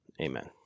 Amen